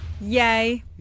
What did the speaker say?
Yay